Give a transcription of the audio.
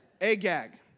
Agag